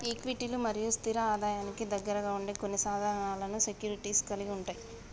ఈక్విటీలు మరియు స్థిర ఆదాయానికి దగ్గరగా ఉండే కొన్ని సాధనాలను సెక్యూరిటీస్ కలిగి ఉంటయ్